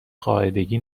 قاعدگی